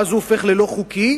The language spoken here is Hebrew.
ואז הוא הופך ללא חוקי,